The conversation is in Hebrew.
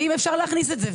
האם אפשר להכניס את זה,